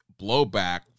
blowback